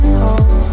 home